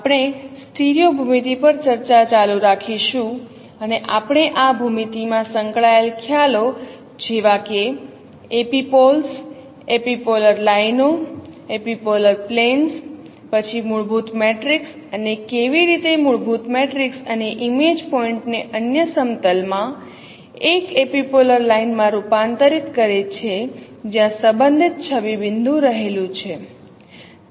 આપણે સ્ટીરિઓ ભૂમિતિ પર ચર્ચા ચાલુ રાખીશું અને આપણે આ ભૂમિતિ માં સંકળાયેલ ખ્યાલો જેવા કે એપિપોલ્સ એપિપોલર લાઇનો એપિપોલર પ્લેન્સ પછી મૂળભૂત મેટ્રિક્સ અને કેવી રીતે મૂળભૂત મેટ્રિક્સ ઇમેજ પોઇન્ટ ને અન્ય સમતલ માં એક એપિપોલર લાઇન માં રૂપાંતરિત કરે છે જ્યાં સંબંધિત છબી બિંદુ રહેલું છે